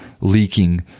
leaking